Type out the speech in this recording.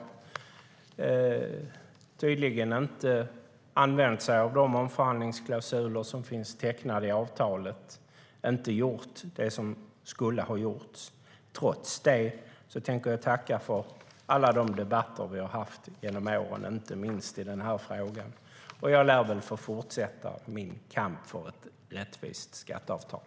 Han har tydligen inte använt sig av de omförhandlingsklausuler som finns tecknade i avtalet, och han har inte gjort det som skulle ha gjorts. Trots det tänker jag tacka för alla de debatter vi har haft genom åren, inte minst i denna fråga. Jag lär väl få fortsätta min kamp för ett rättvist skatteavtal.